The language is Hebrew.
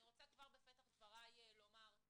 אני רוצה כבר בפתח דבריי לומר,